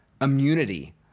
immunity